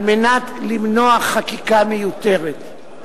על מנת למנוע חקיקה מיותרת.